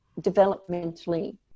developmentally